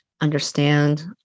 understand